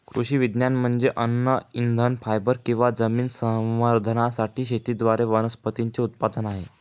कृषी विज्ञान म्हणजे अन्न इंधन फायबर किंवा जमीन संवर्धनासाठी शेतीद्वारे वनस्पतींचे उत्पादन आहे